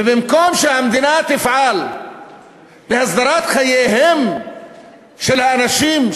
ובמקום שהמדינה תפעל להסדרת חייהם של האנשים,